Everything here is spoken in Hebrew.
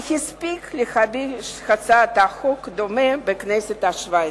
שהספיק להגיש הצעת חוק דומה בכנסת השבע-עשרה.